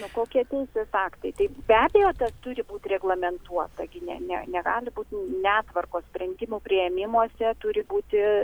nu kokie teisės aktai tai be abejo tas turi būt reglamentuota gi ne ne negali būt netvarkos sprendimų priėmimuose turi būti